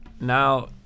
now